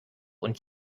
und